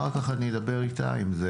אחר כך אדבר איתה אם זה